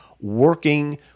working